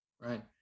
right